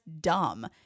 dumb